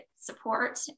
support